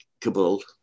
Kabul